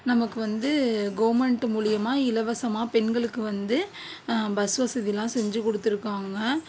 நமக்கு வந்து கோமென்ட் மூலமா இலவசமாக பெண்களுக்கு வந்து பஸ் வசதிலாம் செஞ்சு கொடுத்துருக்காங்க